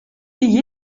wie